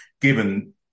given